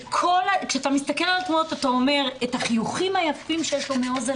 כשאתה מסתכל על התמונות אתה רואה את החיוכים היפים שיש לו מאוזן